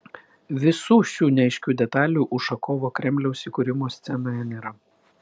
visų šių neaiškių detalių ušakovo kremliaus įkūrimo scenoje nėra